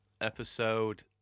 Episode